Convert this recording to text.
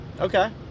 Okay